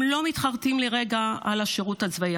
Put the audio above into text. הם לא מתחרטים לרגע על השירות הצבאי.